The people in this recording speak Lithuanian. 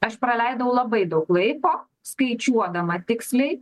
aš praleidau labai daug laiko skaičiuodama tiksliai